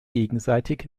gegenseitig